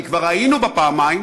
כי כבר היינו בה פעמיים